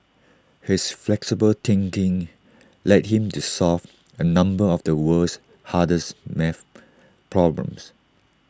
his flexible thinking led him to solve A number of the world's hardest math problems